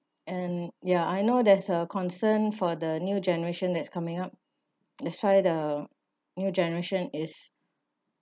and ya I know there's a concern for the new generation that's coming up that's why the new generation is